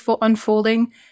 unfolding